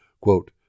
Quote